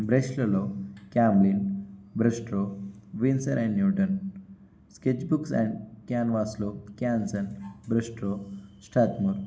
బ్రష్లలో క్యామ్లీన్ బ్రష్ట్రో Winsor and Newton sketch books and క్యాన్వాస్లో Canson బ్రష్ట్రో స్టాత్మూర్